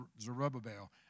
Zerubbabel